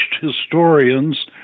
historians